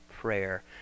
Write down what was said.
prayer